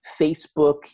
Facebook